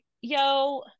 yo